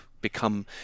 become